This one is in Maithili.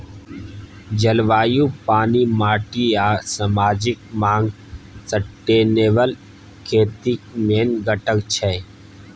जलबायु, पानि, माटि आ समाजिक माँग सस्टेनेबल खेतीक मेन घटक छै